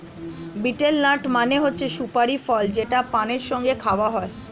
betel nut মানে হচ্ছে সুপারি ফল যেটা পানের সঙ্গে খাওয়া হয়